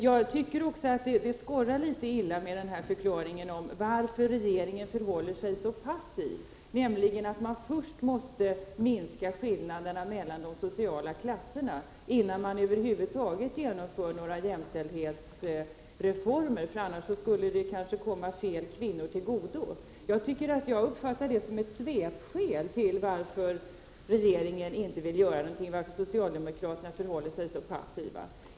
Jag tycker att det skorrar litet illa när man förklarar varför regeringen förhåller sig så passiv, nämligen att man måste minska skillnaderna mellan de sociala klasserna innan man över huvud taget genomför några jämställdhetsreformer, för annars skulle de kanske komma fel kvinnor till godo. Jag uppfattar det som ett svepskäl när regeringen inte vill göra någonting, när socialdemokraterna förhåller sig så passiva.